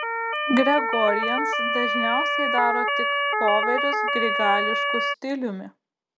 gregorians dažniausiai daro tik koverius grigališku stiliumi